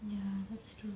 ya that's true